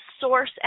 source